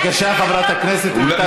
בבקשה, חברת הכנסת רויטל סויד.